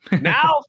now